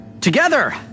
Together